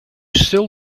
still